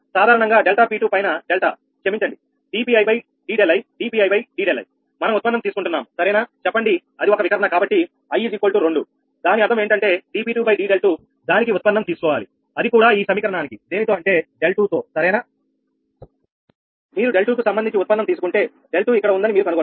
సాధారణంగా delta P2 పైన delta క్షమించండి 𝑑𝑃i𝑑𝛿i 𝑑𝑃i𝑑𝛿i మనం ఉత్పన్నం తీసుకుంటున్నాము సరేనా చెప్పండి అది ఒక వికర్ణ కాబట్టి i2 దాని అర్థం ఏమిటంటే 𝑑𝑃2𝑑𝛿2 దానికి ఉత్పన్నం తీసుకోవాలి అది కూడా ఈ సమీకరణానికి దేనితో అంటే 𝛿2 తో సరేనా మీరు 𝛿2 కు సంబంధించి ఉత్పన్నం తీసుకుంటే 𝛿2 ఇక్కడ ఉందని మీరు కనుగొంటారు